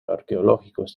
arqueológicos